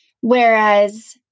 Whereas